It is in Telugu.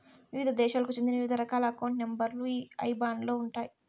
వివిధ దేశాలకు చెందిన వివిధ రకాల అకౌంట్ నెంబర్ లు ఈ ఐబాన్ లో ఉంటాయి